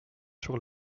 sur